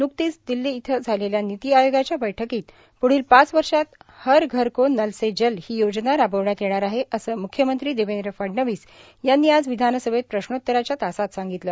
नुकतीच दिल्ली इथं झालेल्या निती आयोगाच्या बैठकीत प्ढील पाच वर्षात हर घर को नल से जल ही योजना राबविण्यात येणार आहे असं म्ख्यमंत्री देवेंद्र फडणवीस यांनी आज विधानसभेत प्रश्नोत्तराच्या तासात सांगितलं